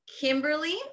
Kimberly